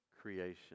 creation